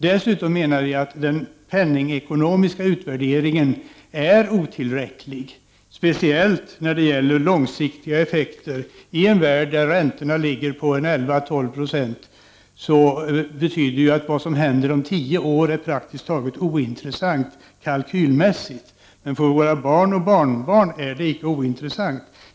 Dessutom menar vi att den penningekonomiska utvärderingen är otillräcklig, speciellt när det gäller långsiktiga effekter. I en värld där räntorna ligger på 11-12 96 är vad som händer om tio år praktiskt taget ointressant kalkylmässigt, men för våra barn och barnbarn är det icke ointressant.